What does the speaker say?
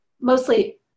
mostly